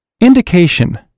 Indication